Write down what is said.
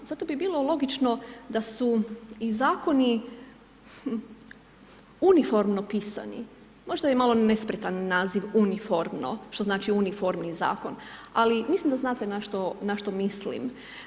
Zato bi bilo logično da su i Zakoni uniformno pisani, možda je malo nespretan naziv uniformno, što znači uniformni Zakon, ali mislim da znate na što mislim.